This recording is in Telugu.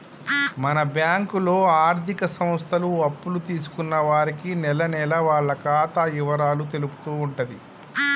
మన బ్యాంకులో ఆర్థిక సంస్థలు అప్పులు తీసుకున్న వారికి నెలనెలా వాళ్ల ఖాతా ఇవరాలు తెలుపుతూ ఉంటుంది